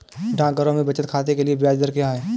डाकघरों में बचत खाते के लिए ब्याज दर क्या है?